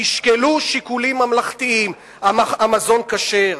תשקלו שיקולים ממלכתיים, המזון כשר,